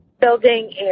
building